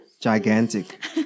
gigantic